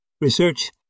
Research